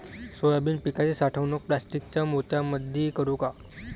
Soybean पिकाची साठवणूक प्लास्टिकच्या पोत्यामंदी करू का?